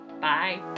Bye